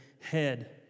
head